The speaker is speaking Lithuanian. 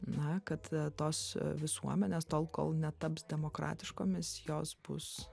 na kad tos visuomenės tol kol netaps demokratiškomis jos bus